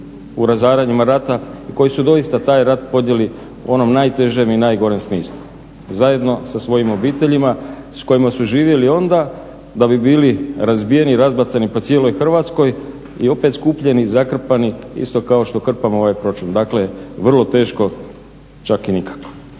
u razaranjima rata, koji su doista taj rat podnijeli u onom najtežem i najgorem smislu, zajedno sa svojim obiteljima s kojima su živjeli onda da bi bili razbijeni razbacani po cijeloj Hrvatskoj i opet skupljeni i zakrpani isto kao što krpamo ovaj proračun. Dakle, vrlo teško čak i nikako.